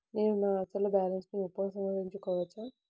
నేను నా అసలు బాలన్స్ ని ఉపసంహరించుకోవచ్చా?